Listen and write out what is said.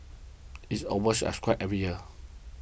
it's oversubscribed every year